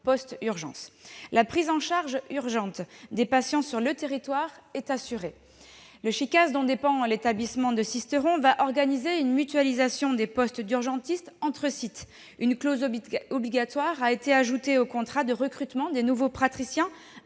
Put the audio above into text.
La prise en charge urgente des patients sur le territoire est assurée. Le Chicas, dont dépend l'établissement de Sisteron, prévoit la mutualisation des postes d'urgentistes entre sites : une clause obligatoire a été ajoutée dans les contrats de recrutement des nouveaux praticiens